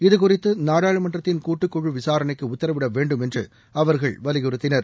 இதுகுறித்து நாடாளுமன்றத்தின் கூட்டுக்குழு விசாரணைக்கு உத்தரவிடவேண்டும் என்று அவர்கள் வலியுறுத்தினர்